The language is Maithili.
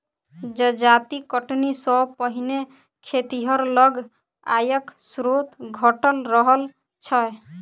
जजाति कटनी सॅ पहिने खेतिहर लग आयक स्रोत घटल रहल छै